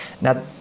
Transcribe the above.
Now